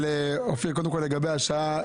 לגבי השעה,